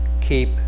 keep